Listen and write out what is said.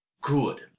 good